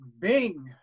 bing